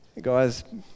guys